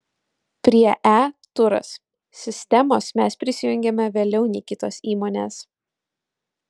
prie e turas sistemos mes prisijungėme vėliau nei kitos įmonės